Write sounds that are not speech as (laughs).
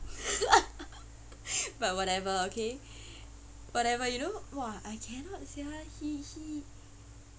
(laughs) but whatever okay whatever you know !wah! I cannot sia he he